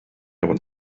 want